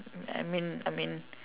I mean I mean